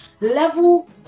level